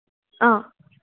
অঁ